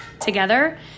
together